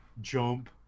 Jump